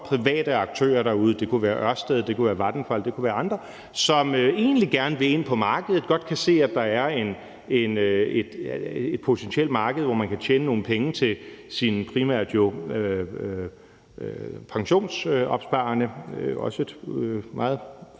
private aktører derude – det kunne være Ørsted, det kunne være Vattenfall, det kunne være andre – som egentlig gerne vil ind på markedet, godt kan se, at der er et potentielt marked, hvor man kan tjene nogle penge til primært jo pensionsopsparerne,